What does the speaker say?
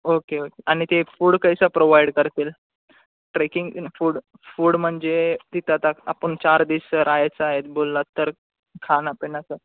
okay okay आणि ते food कैसा प्रोवाईड करतील ट्रेकिंग फूड फूड म्हणजे तिथं आता आपण चार दिस राह्यचा आहे बोललात तर खाण्यापिण्याचा